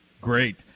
Great